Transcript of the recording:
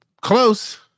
Close